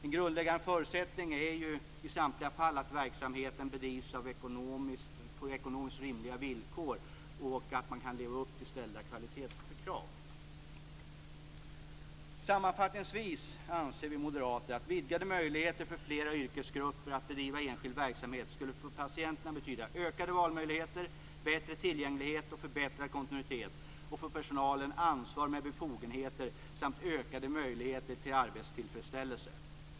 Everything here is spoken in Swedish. En grundläggande förutsättning i samtliga fall är dock att verksamheten kan bedrivas på ekonomiskt rimliga villkor och att man kan leva upp till ställda kvalitetskrav. Sammanfattningsvis anser vi moderater att vidgade möjligheter för fler yrkesgrupper att bedriva enskild verksamhet skulle för patienterna betyda ökade valmöjligheter, bättre tillgänglighet och förbättrad kontinuitet och för personalen ansvar med befogenheter samt ökade möjligheter till arbetstillfredsställelse.